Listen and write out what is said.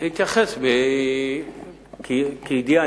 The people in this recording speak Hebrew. אתייחס כידיעה,